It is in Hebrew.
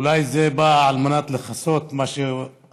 אולי זה בא על מנת לכסות על ההודעות